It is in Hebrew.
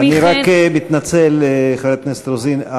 אני רק מתנצל, חברת הכנסת רוזין.